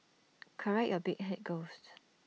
correct your big Head ghost